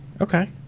Okay